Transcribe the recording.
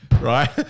right